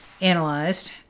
analyzed